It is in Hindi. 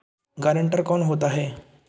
गारंटर कौन होता है?